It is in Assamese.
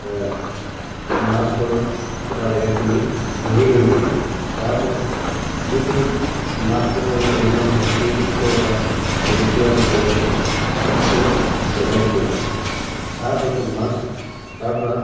মাছৰ থকা জেগাখিনি ঘেৰি ধৰিব লাগে তাৰপাছত যিখিনিত মাছ থকা যেন অনুমান হয় সেইখিনিৰ ওপৰৰপা জুলুকি আৰু পল'ৰে ঘপককৈ পেলাই দিব লাগে তাৰপাছত মাছ তাৰপৰা